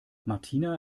martina